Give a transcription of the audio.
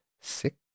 six